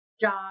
job